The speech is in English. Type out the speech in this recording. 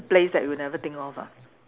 place that we'll never think of ah